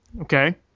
Okay